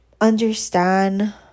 understand